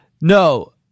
No